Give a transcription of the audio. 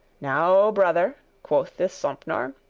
now, brother, quoth this sompnour,